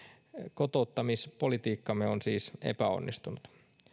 kotouttamispolitiikkamme on siis epäonnistunut